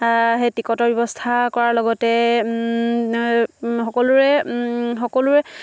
সেই টিকটৰ ব্যৱস্থা কৰাৰ লগতে সকলোৰে